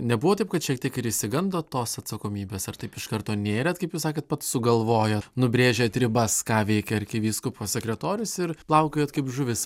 nebuvo taip kad šiek tiek ir išsigandot tos atsakomybės ar taip iš karto nėrėt kaip jūs sakėt pats sugalvojo nubrėžėt ribas ką veikia arkivyskupo sekretorius ir plaukiojat kaip žuvis